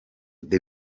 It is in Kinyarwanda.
the